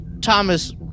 Thomas